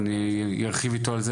ואני ארחיב איתו,